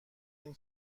این